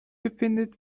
befindet